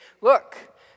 look